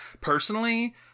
personally